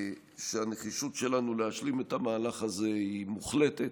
שהנחישות שלנו להשלים את המהלך הזה היא מוחלטת.